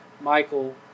Michael